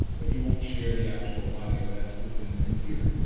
but you won't share the actual audio that's within the computer.